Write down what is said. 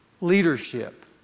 leadership